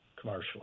commercially